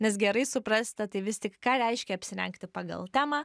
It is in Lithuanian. nes gerai suprasite tai vis tik ką reiškia apsirengti pagal temą